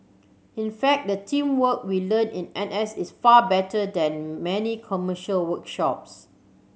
in fact the teamwork we learn in N S is far better than many commercial workshops